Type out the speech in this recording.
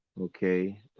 Okay